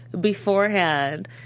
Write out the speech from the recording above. beforehand